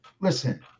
Listen